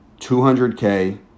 200K